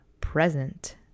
present